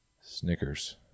Snickers